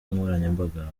nkoranyambaga